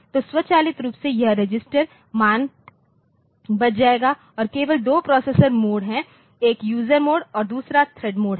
तो स्वचालित रूप से यह रजिस्टर मान बच जाएगा और केवल दो प्रोसेसर मोड हैं एक यूजर मोड है और दूसरा एक थ्रेड मोड है